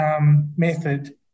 method